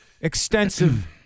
extensive